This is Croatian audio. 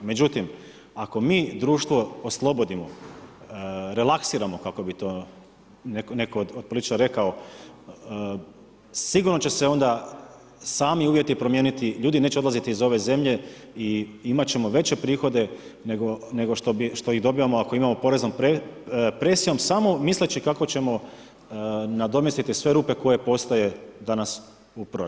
Međutim, ako mi društvo oslobodimo, relaksiramo kako bi to netko od političara rekao sigurno će se onda sami uvjeti promijeniti, ljudi neće odlaziti iz ove zemlje i imat ćemo veće prihode nego što ih dobivamo ako imamo poreznom presijom samo misleći kako ćemo nadomjestiti sve rupe koje postoje danas u proračunu.